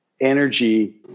energy